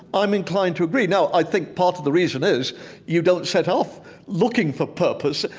i'm inclined to agree. now, i think part of the reason is you don't set off looking for purpose.